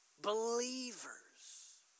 Believers